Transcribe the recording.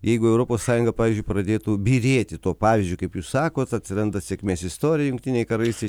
jeigu europos sąjunga pavyzdžiui pradėtų byrėti tuo pavyzdžiu kaip jūs sakot atsiranda sėkmės istorija jungtinei karalystei